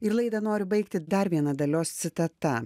ir laidą noriu baigti dar viena dalios citata